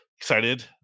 excited